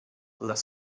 les